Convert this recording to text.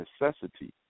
necessity